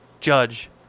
Judge